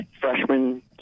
freshman